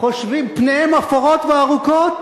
פניהם אפורות וארוכות,